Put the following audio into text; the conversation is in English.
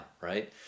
right